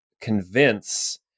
convince